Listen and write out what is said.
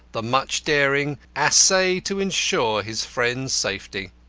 the much-daring, essay to ensure his friend's safety.